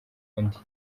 undi